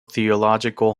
theological